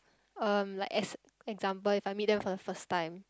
um like as example if I meet them for the first time